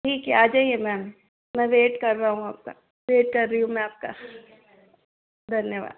ठीक है आजाइए मैम मैं वेट कर रहा हूँ आपका वेट कर रही हूँ मैं आपका धन्यवाद